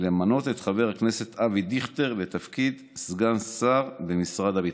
למנות את חבר הכנסת אבי דיכטר לתפקיד סגן שר במשרד הביטחון.